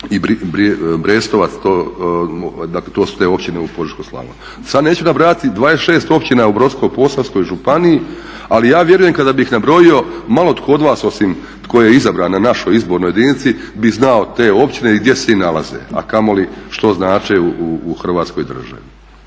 i Brestovac, dakle to su te općine u Požeško-slavonskoj. Sada neću nabrajati 26 općina u Brodsko-posavskoj županiji ali ja vjerujem kada bih nabrojio malo tko od vas osim tko je izabran na našoj izbornoj jedinici bi znao te općine i gdje se i nalaze a kamoli što znače u Hrvatskoj državi.